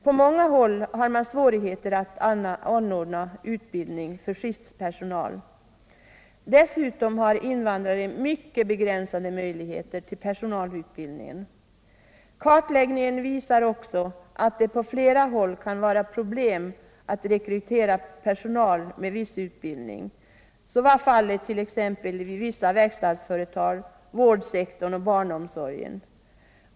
På flera håll har man svårigheter att anordna utbildning för skiftpersonal. Dessutom har invandrare mycket begränsade möjligheter till personalutbildning. Kartläggningen visar också att det på flera håll kan vara problem att rekrytera personal med viss utbildning. Så är fallet inom t.ex. verkstadsföretag, vårdsektorn och barnomsorgen.